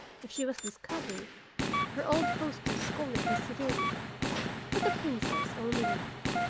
if she was discovered her old hostess scolded her severely but the princess only laughed,